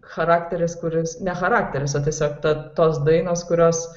charakteris kuris ne charakteris o tiesiog ta tos dainos kurios